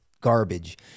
garbage